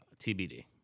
TBD